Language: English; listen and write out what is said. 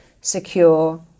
secure